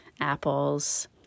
apples